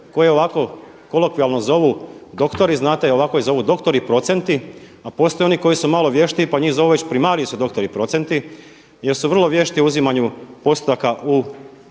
koje ovako kolokvijalno zovu doktoru, znate ovako ih zovu doktori i procenti a postoje i oni koji su malo vještiji pa njih zovu već primarius doktori, …/Govornik se ne razumije./… jer su vrlo vješti uzimanju